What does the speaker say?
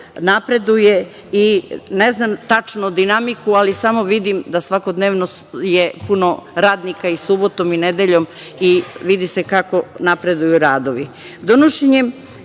napreduje i ne znam tačno dinamiku, ali samo vidim da se svakodnevno radi, ima radnika i subotom i nedeljom i vidi se kako napreduju